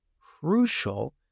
crucial